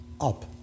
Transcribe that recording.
up